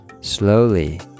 Slowly